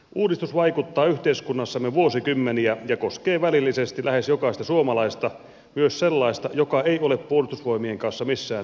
uudistus vaikuttaa yhteiskunnassamme vuosikymmeniä ja koskee välillisesti lähes jokaista suomalaista myös sellaista joka ei ole puolustusvoimien kanssa missään tekemisissä